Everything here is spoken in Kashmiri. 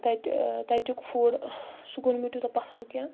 تتہِ تتیُک فُڈ سُہ گوٚو نہٕ مےٚ تیوٗتاہ پسنٛد کینٛہہ